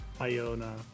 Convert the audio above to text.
Iona